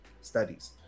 studies